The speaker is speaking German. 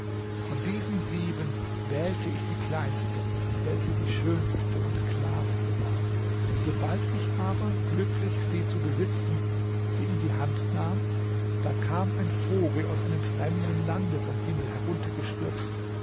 von diesen sieben wählte ich die kleinste welche die schönste und klarste war sobald ich aber glücklich sie zu besitzen sie in die hand nahm da kam ein vogel aus einem fremden lande vom himmel heruntergestürzt